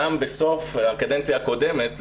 גם בסוף הקדנציה הקודמת,